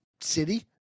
city